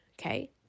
okay